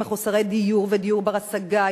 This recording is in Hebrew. מחוסרי דיור ודיור בר-השגה,